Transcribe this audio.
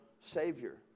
Savior